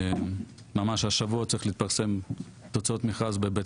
ממש השבוע צריכות להתפרסם תוצאות המכרז בבית